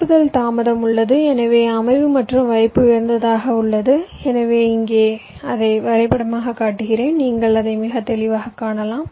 பரப்புதல் தாமதம் உள்ளது எனவே அமைவு மற்றும் வைப்பு உயர்ந்ததாக உள்ளது எனவே இங்கே அதை வரைபடமாகக் காட்டுகிறேன் நீங்கள் அதை மிக தெளிவாகக் காணலாம்